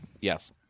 Yes